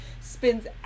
spins